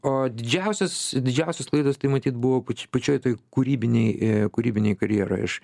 o didžiausios didžiausios klaidos tai matyt buvo pačioj toj kūrybinėj e kūrybinėj karjeroj aš